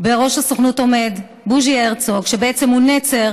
עומד בוז'י הרצוג, שהוא נצר